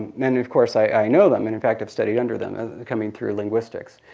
and of course i know them, and in fact have studied under them coming through linguistics.